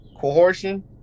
coercion